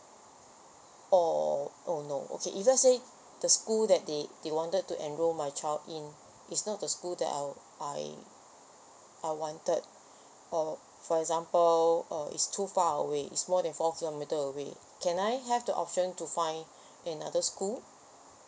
or oh no okay if let's say the school that they they wanted to enroll my child in it's not the school that I I I wanted for for example uh is too far away it's more than four kilometer away can I have the option to find another school